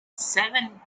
seven